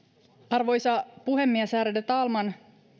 arvoisa puhemies ärade talman